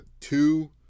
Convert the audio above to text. two